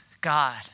God